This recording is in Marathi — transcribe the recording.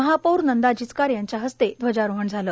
महापौर नंदा जिचकार यांच्या हस्ते ध्वजारोहण झालं